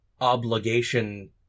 obligation